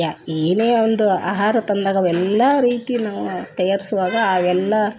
ಯ ಏನೇ ಒಂದು ಆಹಾರ ತಂದಾಗ ಅವೆಲ್ಲಾ ರೀತಿ ನಾವು ತಯಾರಿಸುವಾಗ ಅವೆಲ್ಲಾ